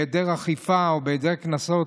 בהיעדר אכיפה או בהיעדר קנסות,